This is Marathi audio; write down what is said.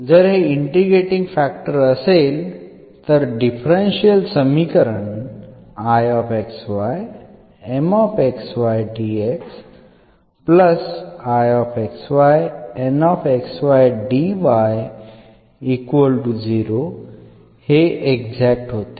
जर हे इंटिग्रेटींग फॅक्टर असेल तर डिफरन्शियल समीकरण हे एक्झॅक्ट होते